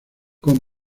con